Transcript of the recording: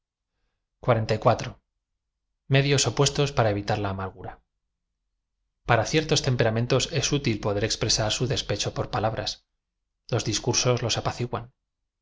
p a ra evitar la amargura p a ra ciertos temperamentos es útil poder expresar bu despecho por palabras los discursos los apaci